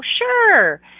sure